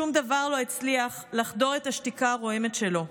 שום דבר לא הצליח לחדור את השתיקה הרועמת שלו.